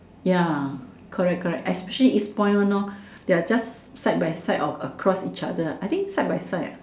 ya correct correct especially it's point one lor they're just side by side or across each other I think side by side ah